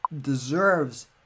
deserves